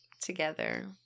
together